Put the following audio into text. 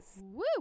Woo